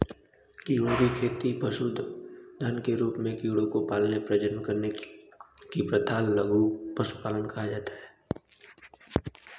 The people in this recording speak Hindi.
कीड़ों की खेती पशुधन के रूप में कीड़ों को पालने, प्रजनन करने की प्रथा जिसे लघु पशुधन कहा जाता है